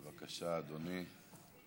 בבקשה, אדוני.